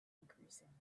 increasing